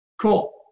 Cool